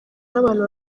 n’abantu